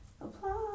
applause